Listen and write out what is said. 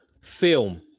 film